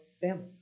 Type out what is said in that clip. family